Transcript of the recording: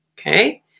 okay